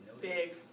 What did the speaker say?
Big